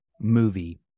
movie